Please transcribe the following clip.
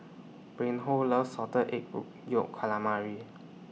Reinhold loves Salted Egg Yolk Calamari